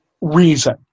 reason